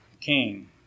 king